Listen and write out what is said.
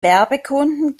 werbekunden